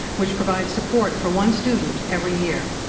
which provides support for one student every year.